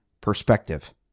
perspective